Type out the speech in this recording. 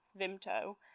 Vimto